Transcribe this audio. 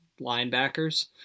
linebackers